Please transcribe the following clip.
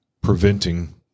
preventing